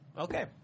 Okay